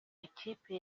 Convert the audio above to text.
ikipe